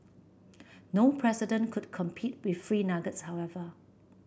no president could compete with free nuggets however